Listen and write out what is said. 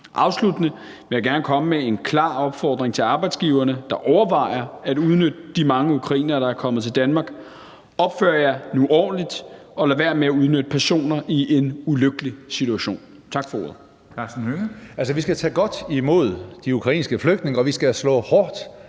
Afsluttende vil jeg gerne komme med en klar opfordring til arbejdsgiverne, der overvejer at udnytte de mange ukrainere kom, der er kommet til Danmark: Opfør jer nu ordentligt, og lad være med at udnytte personer i en ulykkelig situation. Tak for ordet. Kl. 13:56 Formanden (Henrik Dam Kristensen): Karsten Hønge.